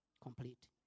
complete